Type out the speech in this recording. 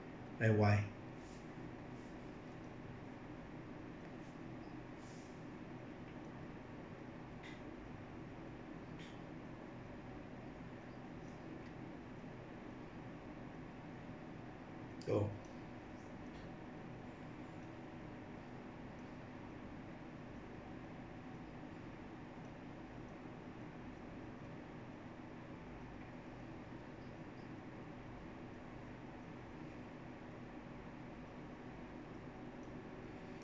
and why oh